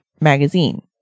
magazine